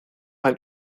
ein